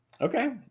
okay